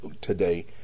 today